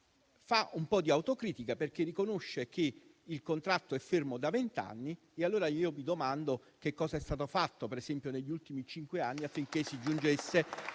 fa un po' di autocritica, perché riconosce che il contratto è fermo da vent'anni. Allora io vi domando che cosa è stato fatto negli ultimi cinque anni affinché si giungesse